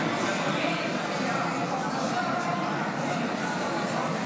(העלאת גיל הפטור, חרבות ברזל, הארכת הוראת שעה),